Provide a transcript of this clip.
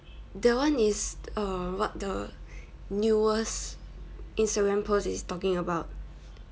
that one is uh what the newest instagram post is talking about